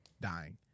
dying